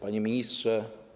Panie Ministrze!